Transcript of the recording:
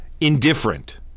indifferent